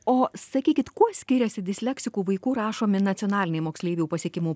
o sakykit kuo skiriasi disleksikų vaikų rašomi nacionaliniai moksleivių pasiekimų